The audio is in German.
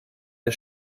der